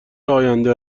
آینده